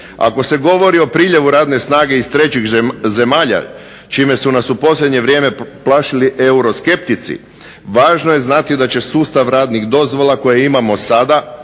Ako se govori o priljevu radne snage iz trećih zemalja, čime su nas u posljednje vrijeme plašili euroskeptici, važno je znati da će sustav radnih dozvola koje imamo sada